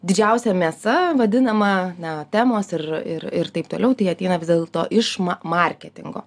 didžiausia mėsa vadinama na temos ir ir ir taip toliau tai ateina vis dėlto iš ma marketingo